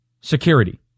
Security